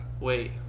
Wait